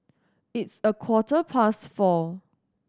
its a quarter past four